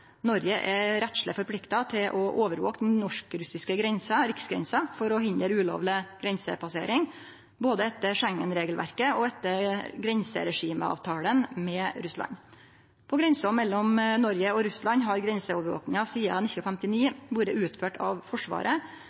Noreg er rettsleg forplikta til å overvake den norsk-russiske riksgrensa for å hindre ulovleg grensepassering, både etter Schengen-regelverket og etter grenseregimeavtalen med Russland. På grensa mellom Noreg og Russland har grenseovervakinga sidan 1959 vore utført av Forsvaret